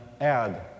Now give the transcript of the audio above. add